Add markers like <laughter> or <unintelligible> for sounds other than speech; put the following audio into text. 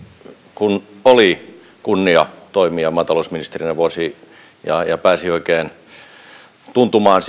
kun oli kunnia toimia maatalousministerinä vuoden ja pääsi oikein tuntumaan <unintelligible>